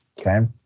okay